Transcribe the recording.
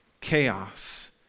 chaos